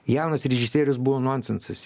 jaunas režisierius buvo nonsensas